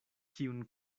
kiun